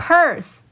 Purse